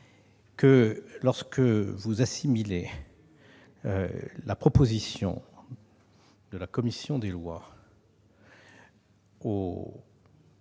lorsque vous assimilez la proposition de la commission des lois aux